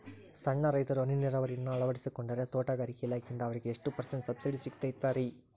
ಸಣ್ಣ ರೈತರು ಹನಿ ನೇರಾವರಿಯನ್ನ ಅಳವಡಿಸಿಕೊಂಡರೆ ತೋಟಗಾರಿಕೆ ಇಲಾಖೆಯಿಂದ ಅವರಿಗೆ ಎಷ್ಟು ಪರ್ಸೆಂಟ್ ಸಬ್ಸಿಡಿ ಸಿಗುತ್ತೈತರೇ?